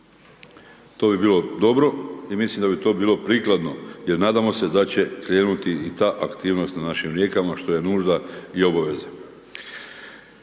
To bi bilo dobro i mislim da bi to bilo prikladno jer nadamo se da će krenuti i ta aktivnost na našim rijekama, što je nužda i obaveza.